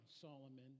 Solomon